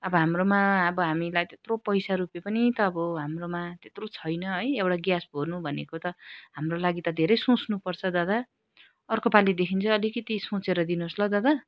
अब हाम्रोमा अब हामीलाई त्यत्रो पैसा रुपियाँ पनि त अब हाम्रोमा त्यत्रो छैन है एउटा ग्यास भर्नु भनेको त हाम्रो लागि त धेरै सोच्नुपर्छ दादा अर्को पालिदेखि चाहिँ अलिकति सोचेर दिनुहोस् ल दादा